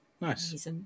Nice